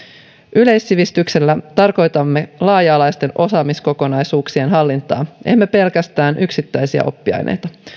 yleissivistyksellä tarkoitamme laaja alaisten osaamiskokonaisuuksien hallintaa emme pelkästään yksittäisiä oppiaineita